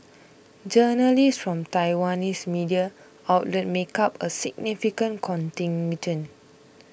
journalists from Taiwanese media outlets make up a significant contingent